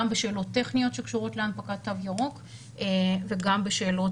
גם בשאלות טכניות שקשורות להנפקת תו ירוק וגם בשאלות